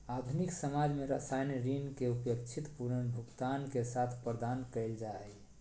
आधुनिक समाज में सामान्य ऋण के अपेक्षित पुनर्भुगतान के साथ प्रदान कइल जा हइ